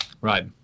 Right